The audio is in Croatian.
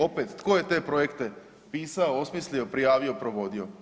Opet tko je te projekte pisao, osmislio, prijavio, provodio?